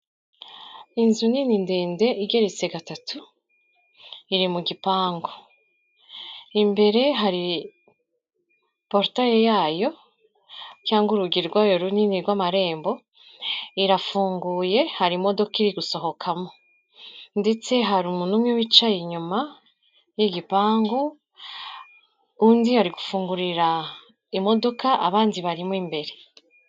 Inzu nini ndende igeretsetatu iri mu gipangu, imbere hari porutaye y'ayo cyangwa urugi rwayo runini rw'amarembo irafunguye hari imodoka iri gusohokamo ndetse hari umuntu umwe wicaye inyuma y'igipangu undi ari gufungurira imodoka abanzi barimo imbere.